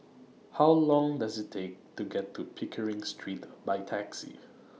How Long Does IT Take to get to Pickering Street By Taxi